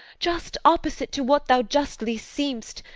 just opposite to what thou justly seem'st,